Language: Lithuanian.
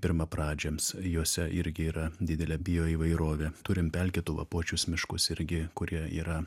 pirmapradžiams juose irgi yra didelė bioįvairovė turim pelkėtų lapuočius miškus irgi kurie yra